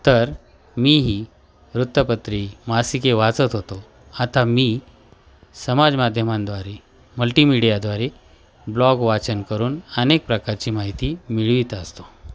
तर मी ही वृत्तपत्री मासिके वाचत होतो आता मी समाज माध्यमांद्वारे मल्टीमिडियाद्वारे ब्लॉग वाचन करून अनेक प्रकारची माहिती मिळवीत असतो